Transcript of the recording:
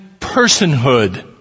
personhood